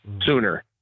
sooner